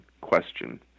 question